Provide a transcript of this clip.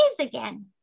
again